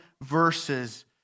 verses